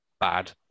bad